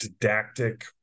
didactic